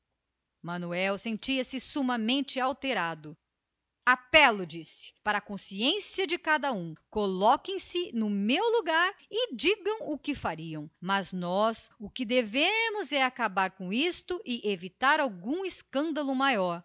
manuel sentiu-se embaraçado apelo suplicou para a consciência de cada um coloquem se no meu lugar e digam o que fariam mas parece-me que nós o que devemos é acabar com isto e evitar um escândalo maior